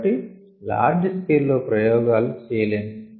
కాబట్టి large scale లో ప్రయోగాలు చేయలేము